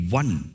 one